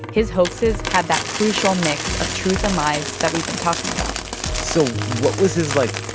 his hoaxes had that crucial mix of truth and lies that we've been talking about so what was his, like,